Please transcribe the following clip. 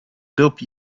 dope